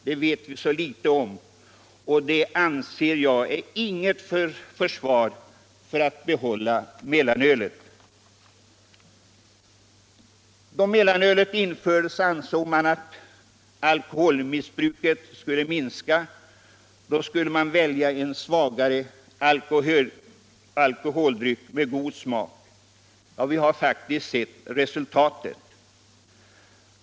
Det vet vi så litet om, och jag anser inte detta vara något försvar för att behålla mellanölet. Då mellanölet infördes ansåg man att alkoholmissbruket skulle minska, att svagare alkoholdrycker med god smak skulle väljas. Vi har faktiskt sett resultatet nu.